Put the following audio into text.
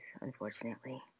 unfortunately